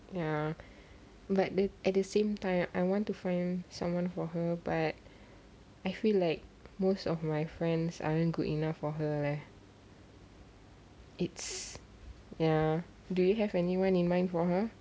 ya but at the same time I want to find someone for her but I feel like most of my friends aren't good enough for her leh it's ya do you have anyone in mind for her